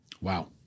Wow